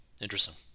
Interesting